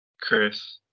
Chris